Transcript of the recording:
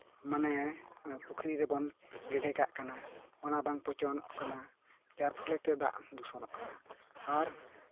ᱢᱟᱱᱮ ᱯᱩᱠᱷᱨᱤ ᱨᱮᱵᱚᱱ ᱜᱤᱰᱤ ᱠᱟᱜ ᱠᱟᱱᱟ ᱚᱱᱟ ᱵᱟᱝ ᱯᱚᱪᱚᱱᱚᱜ ᱠᱟᱱᱟ ᱡᱟᱨ ᱯᱷᱚᱞᱮᱛᱮ ᱫᱟᱜ ᱫᱩᱥᱚᱱᱚᱜ ᱠᱟᱱᱟ ᱟᱨ